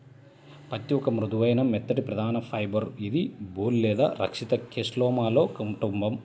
పత్తిఒక మృదువైన, మెత్తటిప్రధానఫైబర్ఇదిబోల్ లేదా రక్షిత కేస్లోమాలో కుటుంబం